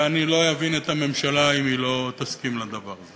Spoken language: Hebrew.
ואני לא אבין את הממשלה אם היא לא תסכים לדבר הזה.